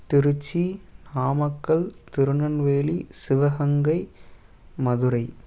Trichy Namakkal Tirunelveli Sivaganga Madurai